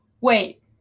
Wait